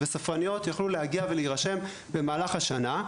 וספרניות יכלו להגיע ולהירשם במהלך השנה,